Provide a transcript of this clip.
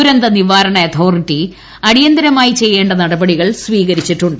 ദുരന്തനിവാരണ അതോറിറ്റി അടിയന്തരമായി ചെയ്യേണ്ട നടിപ്പടികൾ സ്വീകരിച്ചിട്ടുണ്ട്